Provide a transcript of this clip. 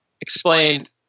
explained